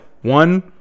one